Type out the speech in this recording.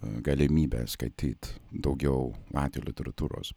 galimybę skaityt daugiau latvių literatūros